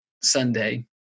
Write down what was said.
Sunday